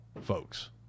folks